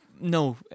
No